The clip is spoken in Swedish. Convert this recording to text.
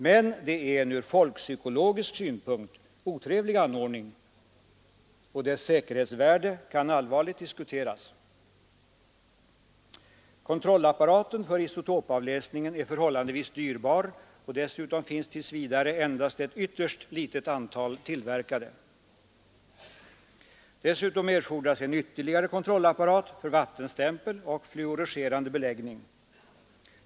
Men det är en ur folkpsykologisk synpunkt otrevlig anordning, och dess säkerhetsvärde kan allvarligt diskuteras. Kontrollapparaten för isotopavläsningen är förhållandevis dyrbar, och dessutom finns tills vidare endast ett ytterst litet antal apparater tillverkade. Dessutom erfordras ytterligare en kontrollapparat för vattenstämpel och fluorescerande beläggning.